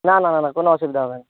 না না না না কোনো অসুবিধা হবে না